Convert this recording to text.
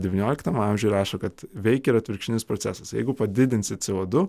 devynioliktam amžiui rašo kad veikia ir atvirkštinis procesas jeigu padidinsit c o du